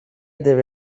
deve